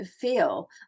feel